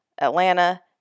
Atlanta